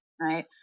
right